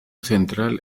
central